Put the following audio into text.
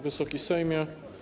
Wysoki Sejmie!